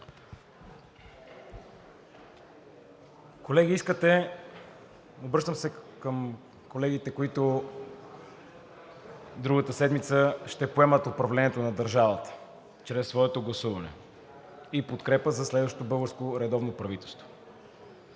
Колеги – обръщам се към колегите, които другата седмица ще поемат управлението на държавата чрез своето гласуване и подкрепа за следващо българско редовно правителство